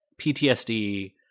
PTSD